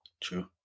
True